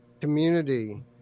community